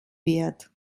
wird